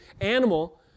animal